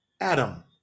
adam